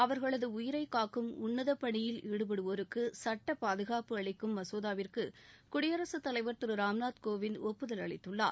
அவர்களது உயிரை காக்கும் உன்னத பணியில் ஈடுபடுவோருக்கு சுட்ட பாதுகாப்பு அளிக்கும் மசோதாவிற்கு குடியரசுத் தலைவர் திரு ராம்நாத் கோவிந்த் ஒப்புதல் அளித்துள்ளார்